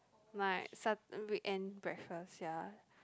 my Sun~ weekend breakfast ya